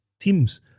teams